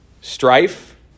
Strife